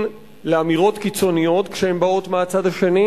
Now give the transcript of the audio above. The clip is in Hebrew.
לאמירות קיצוניות כשהן באות מהצד השני,